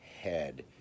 head